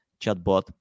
chatbot